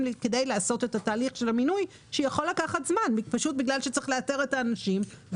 יכולים לעשות את תהליך המינוי שיכול לקחת זמן כי צריך לאתר את האנשים.